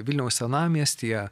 vilniaus senamiestyje